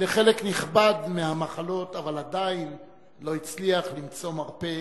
לחלק נכבד מהמחלות, אבל עדיין לא הצליח למצוא מרפא